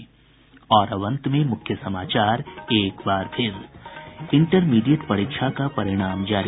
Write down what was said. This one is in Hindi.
और अब अंत में मुख्य समाचार एक बार फिर इंटरमीडिएट परीक्षा का परिणाम जारी